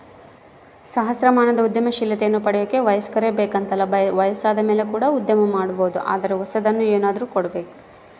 ಸಹಸ್ರಮಾನದ ಉದ್ಯಮಶೀಲತೆಯನ್ನ ಪಡೆಯಕ ವಯಸ್ಕರೇ ಬೇಕೆಂತಲ್ಲ ವಯಸ್ಸಾದಮೇಲೆ ಕೂಡ ಉದ್ಯಮ ಮಾಡಬೊದು ಆದರೆ ಹೊಸದನ್ನು ಏನಾದ್ರು ಕೊಡಬೇಕು